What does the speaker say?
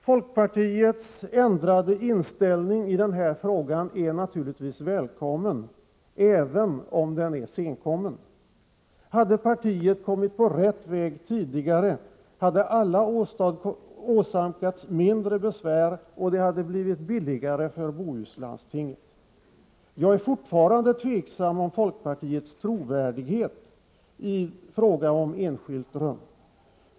Folkpartiets ändrade inställning i den här frågan är naturligtvis välkommen, även om den är senkommen. Hade partiet kommit på rätt väg tidigare, hade alla åsamkats mindre besvär och det hade blivit billigare för Bohuslandstinget. Jag tvivlar fortfarande på folkpartiets trovärdighet i frågan om enskilda rum.